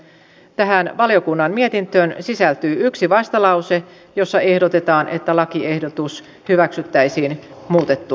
tähän valiokunnan mietintöön sisältyy yksi vastalause jossa ehdotetaan että lakiehdotus hyväksyttäisiin muutettuna